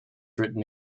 written